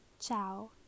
Ciao